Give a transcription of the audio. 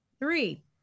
Three